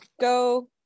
go